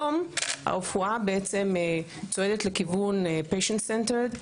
היום הרפואה בעצם צועדת לכיוון patient centered,